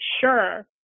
sure